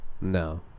no